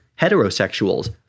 heterosexuals